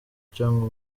cyangwa